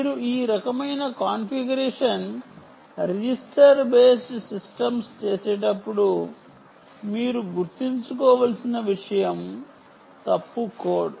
మీరు ఈ రకమైన కాన్ఫిగరేషన్ రిజిస్టర్ బేస్డ్ సిస్టమ్స్ చేసేటప్పుడు మీరు గుర్తుంచుకోవలసిన విషయం తప్పు కోడ్